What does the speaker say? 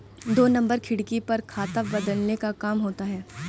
दो नंबर खिड़की पर खाता बदलने का काम होता है